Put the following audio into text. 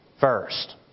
first